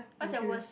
what's your worst